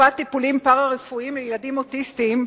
הוספת טיפולים פארה-רפואיים לילדים אוטיסטים,